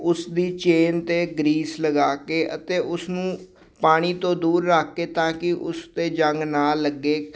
ਉਸਦੀ ਚੇਨ 'ਤੇ ਗਰੀਸ ਲਗਾ ਕੇ ਅਤੇ ਉਸਨੂੰ ਪਾਣੀ ਤੋਂ ਦੂਰ ਰੱਖ ਕੇ ਤਾਂ ਕਿ ਉਸ 'ਤੇ ਜੰਗ ਨਾ ਲੱਗੇ